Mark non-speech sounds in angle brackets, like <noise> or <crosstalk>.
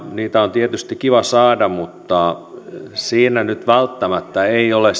niitä on tietysti kiva saada mutta siinä nyt välttämättä aikakriteeri ei ole <unintelligible>